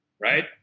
right